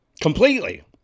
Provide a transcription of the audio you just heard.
completely